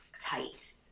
tight